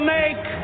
make